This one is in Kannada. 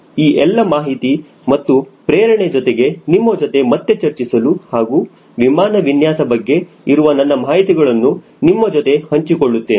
ಈ ಎಲ್ಲ ಮಾಹಿತಿ ಮತ್ತು ಪ್ರೇರಣೆ ಜೊತೆಗೆ ನಿಮ್ಮ ಜೊತೆ ಮತ್ತೆ ಚರ್ಚಿಸಲು ಹಾಗೂ ವಿಮಾನ ವಿನ್ಯಾಸ ಬಗ್ಗೆ ಇರುವ ನನ್ನ ಮಾಹಿತಿಗಳನ್ನು ನಿಮ್ಮ ಜೊತೆ ಹಂಚಿಕೊಳ್ಳುತ್ತೇನೆ